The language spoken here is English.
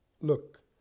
look